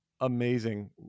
amazing